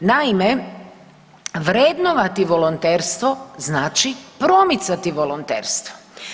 Naime, vrednovati volonterstvo znači promicati volonterstvo.